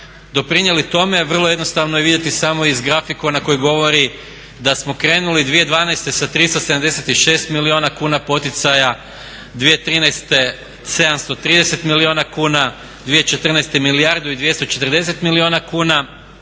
doprinijeli tome vrlo jednostavno je vidjeti samo iz grafikona koji govori da smo krenuli 2102. sa 376 milijuna kuna poticaja, 2013. 730 milijuna kuna, 2014. milijardu i 240 milijuna kuna